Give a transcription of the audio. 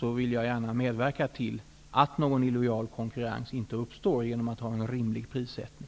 gärna medverka till att det inte uppstår någon illojal konkurrens genom att arbeta för en rimlig prissättning.